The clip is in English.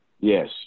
Yes